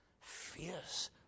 fierce